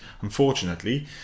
Unfortunately